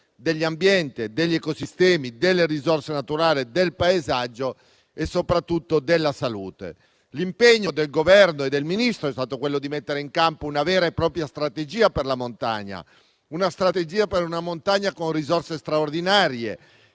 dell'ambiente, degli ecosistemi, delle risorse naturali, del paesaggio e soprattutto della salute. L'impegno del Governo e del Ministro è stato quello di mettere in campo una vera e propria strategia per la montagna, con risorse straordinarie,